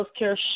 healthcare